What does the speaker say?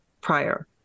prior